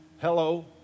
Hello